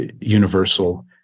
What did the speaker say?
universal